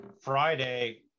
Friday